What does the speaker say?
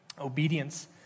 Obedience